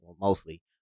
mostly